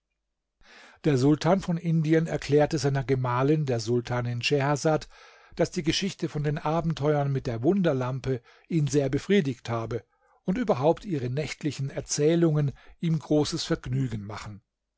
der sultan von indien erklärte seiner gemahlin der sultanin schehersad daß die geschichte von den abenteuern mit der wunderlampe ihn sehr befriedigt habe und überhaupt ihre nächtlichen erzählungen ihm großes vergnügen machen